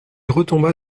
retomba